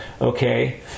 Okay